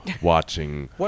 watching